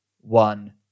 one